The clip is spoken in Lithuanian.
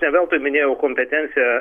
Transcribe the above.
ne veltui minėjau kompetenciją